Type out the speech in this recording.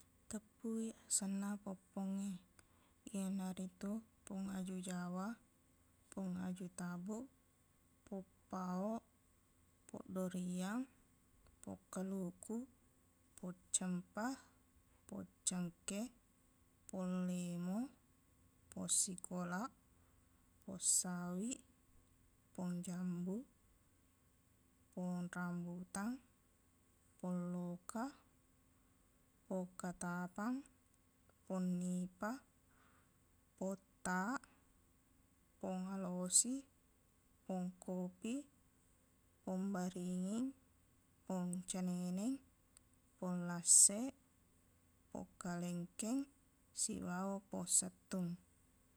Teppuwi asenna poq-pongnge. Iyanaritu pong aju Jawa, pong aju taboq, poq pao, poq doriang, poq kaluku, poq cempa, poq cengke, pong lemo, pong sikolaq, poq sawiq, pong jambu, pong rambutang, pong loka, pong katapang, pong nipa, poq taq, pong alosi, pong kopi, pong beringing, pong ceneneng, pong lasseq, poq kalengkeng, sibawa pong settung.